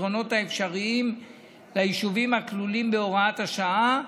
הפתרונות האפשריים ליישובים הכלולים בהוראת השעה.